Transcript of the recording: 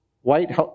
White